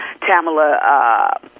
Tamala